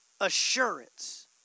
assurance